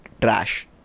trash